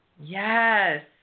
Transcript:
Yes